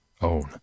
own